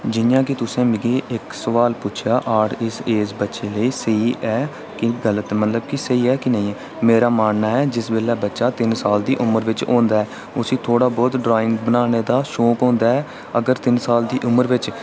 जि'यां कि तुसें मिगी इक्क सोआल पुच्छेआ कि आर्ट इस एज लेई बच्चे लेई स्हेई ऐ केह् गलत मतलब कि स्हेई ऐ जां नेईं ऐ मेरा मानना ऐ कि जिसलै बच्चा तीन साल दी उमर बिच होंदा ऐ उसी थोह्ड़ा बहोत ड्राइंग बनाने दा शौक होंदा ऐ अगर तीन साल दी उमर बिच